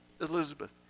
Elizabeth